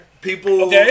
People